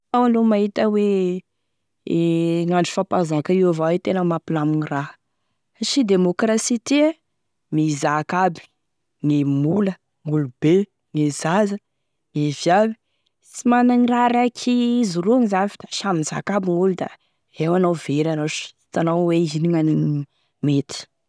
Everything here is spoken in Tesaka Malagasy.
Iao aloha mahita hoe gn'andro fahampanzaka io avao e tena mampilamigny raha satria demokrasia ty e, mizaka aby gne mola, gn'olobe, gne zaza, gne viavy, tsy managny raha raiky hizoroagny zany fa da samy mizaka aby gn'olo da eo anao very anao, sy hitanao hoe ino gna'anigny mety.